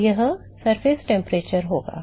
तो वह सतह का तापमान होगा